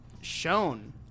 shown